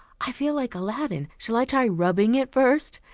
i feel like aladdin. shall i try rubbing it first?